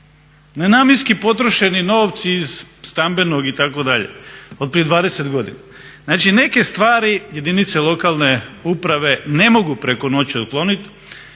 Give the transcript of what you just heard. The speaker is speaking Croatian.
nenamjenski potrošeni novci iz stambenog itd. od prije 20 godina. Znači, neke stvari jedinice lokalne uprave ne mogu preko noći otkloniti